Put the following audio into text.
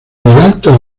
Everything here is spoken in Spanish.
alto